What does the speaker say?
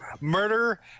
murder